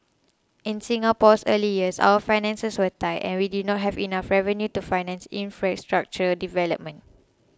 in Singapore's early years our finances were tight and we did not have enough revenue to finance infrastructure development